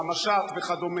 האם נפעל, המשט וכדומה?